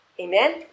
Amen